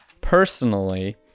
Personally